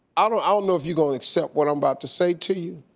i don't ah know if you gonna accept what i'm about to say to you,